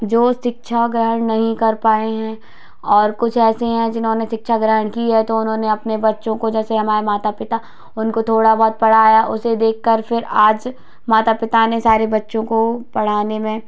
जो शिक्षा ग्रहण नहीं कर पाए हैं और कुछ ऐसे हैं जिन्होंने शिक्षा ग्रहण की है तो उन्होंने अपने बच्चों को जैसे हमारे माता पिता उनको थोड़ा बहुत पढ़ाया उसे देखकर फिर आज माता पिता ने सारे बच्चों को पढ़ाने में